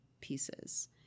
pieces